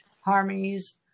harmonies